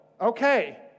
Okay